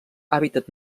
hàbitat